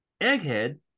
Egghead